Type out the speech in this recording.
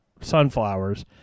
sunflowers